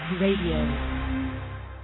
Radio